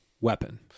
weapon